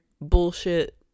bullshit